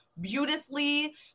beautifully